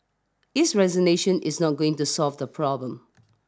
his resignation is not going to solve the problem